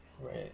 Right